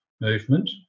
movement